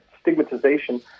stigmatization